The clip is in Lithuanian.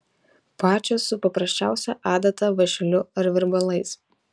pačios su paprasčiausia adata vąšeliu ar virbalais